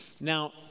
Now